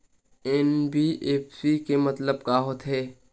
NBFC के मतलब का होथे?